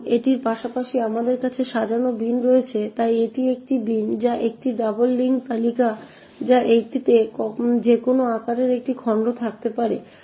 এখন এটির পাশাপাশি আমাদের কাছে সাজানো বিন রয়েছে তাই এটি একটি বিন যা একটি ডাবল লিঙ্ক তালিকা যা এটিতে যেকোনো আকারের একটি খণ্ড থাকতে পারে